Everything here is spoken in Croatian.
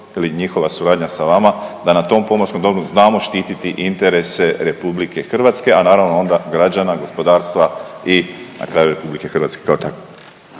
ili njihova suradnja sa vama da na tom pomorskom dobru znamo štititi interese RH, … a naravno onda građana, gospodarstva i na kraju RH kao takve.